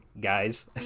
guys